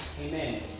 Amen